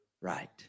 Right